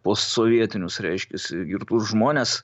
posovietinius reiškiasi girtus žmones